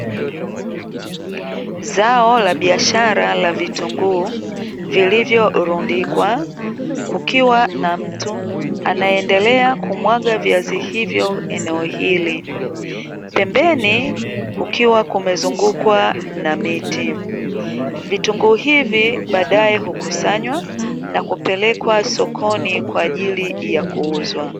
Zao la biashara la vitunguu vilivyorundikwa kukiwa na mtu anayeendelea kumwaga vitunguu hivyo eneo hili. Pembeni kukiwa kumezungukwa na miti vitunguu hivi baadae hukusanywa na kupelekwa sokoni kwa ajili ya kuuza.